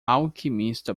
alquimista